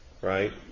right